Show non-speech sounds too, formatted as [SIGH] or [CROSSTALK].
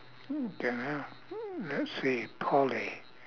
mm don't know [NOISE] let's see poly